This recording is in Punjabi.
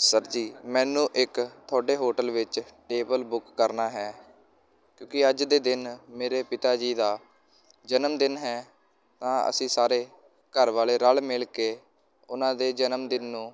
ਸਰ ਜੀ ਮੈਨੂੰ ਇੱਕ ਤੁਹਾਡੇ ਹੋਟਲ ਵਿੱਚ ਟੇਬਲ ਬੁੱਕ ਕਰਨਾ ਹੈ ਕਿਉਂਕਿ ਅੱਜ ਦੇ ਦਿਨ ਮੇਰੇ ਪਿਤਾ ਜੀ ਦਾ ਜਨਮਦਿਨ ਹੈ ਤਾਂ ਅਸੀਂ ਸਾਰੇ ਘਰ ਵਾਲੇ ਰਲ ਮਿਲ ਕੇ ਉਹਨਾਂ ਦੇ ਜਨਮਦਿਨ ਨੂੰ